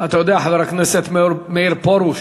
אתה יודע, חבר הכנסת מאיר פרוש,